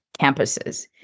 campuses